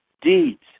deeds